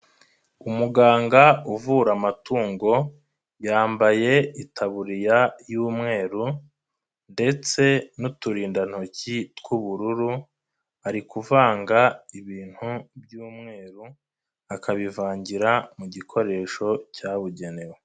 Umuganga uvura amatungo, yambaye itaburiya y'umweru ndetse n'uturindantoki tw'ubururu, ari kuvanga ibintu by'umweru, akabivangira mu gikoresho cyabugenewe.